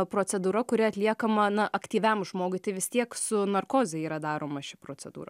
procedūra kuri atliekama na aktyviam žmogui tai vis tiek su narkoze yra daroma ši procedūra